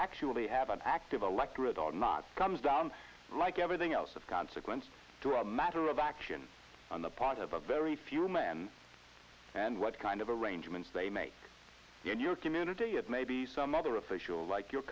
actually have an active electorate are not comes down like everything else of consequence through a matter of action on the part of a very few men and what kind of arrangements they make and your community and maybe some other official like your